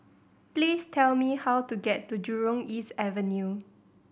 please tell me how to get to Jurong East Avenue